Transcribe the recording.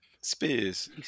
Spears